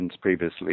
previously